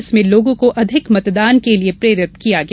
इसमें लोगों को अधिक मतदान के लिये प्रेरित किया गया